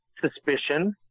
suspicion